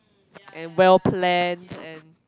and well planned and